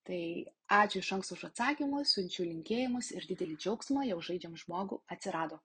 tai ačiū iš anksto už atsakymus siunčiu linkėjimus ir didelį džiaugsmą jau žaidžiame žmogų atsirado